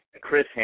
Chris